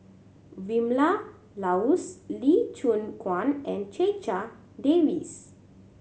Vilma Laus Lee Choon Guan and Checha Davies